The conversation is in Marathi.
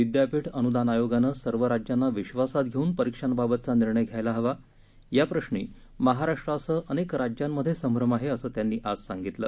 विद्यापीठ अनुदान आयोगानं सर्व राज्यांना विश्वासात घेऊन परीक्षांबाबतचा निर्णय घ्यायला हवा याप्रश्री महाराष्ट्रासह अनेक राज्यांमधे संभ्रम आहे असं त्यांनी आज सांगितलं